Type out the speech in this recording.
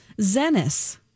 zenis